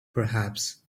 perhaps